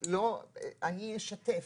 אני אשתף.